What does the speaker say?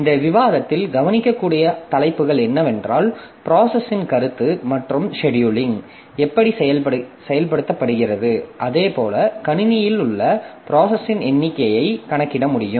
இந்த விவாதத்தில் கவனிக்கக் கூடிய தலைப்புகள் என்னவென்றால் ப்ராசஸின் கருத்து மற்றும் செடியூலிங் எப்படி செயல்படுத்தப்படுகிறது அதுபோல கணினியிலுள்ள ப்ராசஸின் எண்ணிக்கையை கணக்கிட முடியும்